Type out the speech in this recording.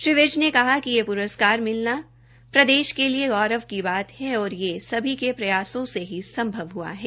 श्री अनिल विज ने कहा कि यह प्रस्कार मिलना प्रदेश के लिए गौरव की बात है और यह सभी के प्रयासों से ही संभव हआ है